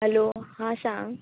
hello हां सांग